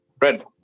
Red